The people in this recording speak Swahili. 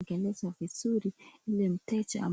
Tengeneza vizuri ili mteja.